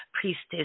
Priestess